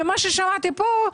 ממה ששמעתי פה,